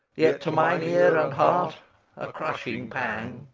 yet to mine ear and heart a crushing pang.